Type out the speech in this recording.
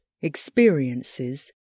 experiences